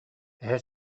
эһэ